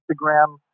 Instagram